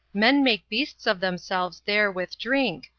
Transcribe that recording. men make beasts of themselves there with drink,